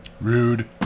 Rude